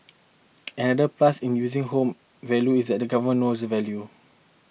another plus in using home value is that the government knows the value